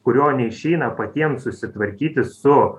kurio neišeina patiem susitvarkyti su